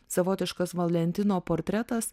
savotiškas valentino portretas